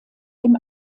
dem